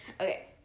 Okay